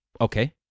Okay